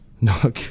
no